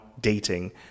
dating